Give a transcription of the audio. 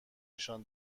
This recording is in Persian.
نشان